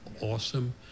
awesome